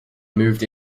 moved